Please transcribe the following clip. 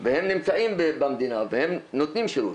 והם נמצאים במדינה והם נותנים שירות.